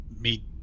meet